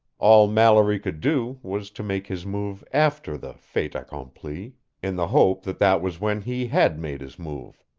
all mallory could do was to make his move after the fait acccompli in the hope that that was when he had made his move.